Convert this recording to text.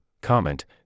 comment